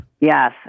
yes